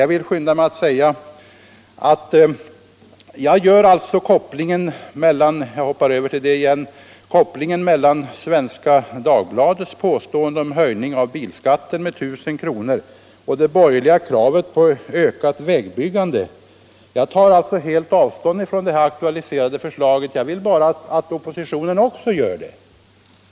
Jag vill skynda mig att säga att jag alltså gör kopplingen — jag hoppar över till det igen — mellan Svenska Dagbladets påstående om höjning av bilskatten med 1 000 kr. och det borgerliga kravet på ökat vägbyggande. Jag tar helt avstånd från det här aktualiserade förslaget; jag vill bara att oppositionen också gör det.